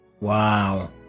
Wow